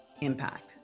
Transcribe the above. impact